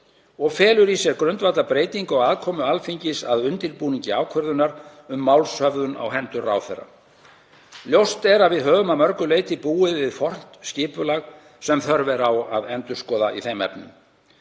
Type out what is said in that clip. og felur í sér grundvallarbreytingu á aðkomu Alþingis að undirbúningi ákvörðunar um málshöfðun á hendur ráðherra. Ljóst er að við höfum að mörgu leyti búið við fornt skipulag sem þörf er á að endurskoða í þeim efnum.